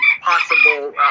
possible